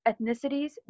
ethnicities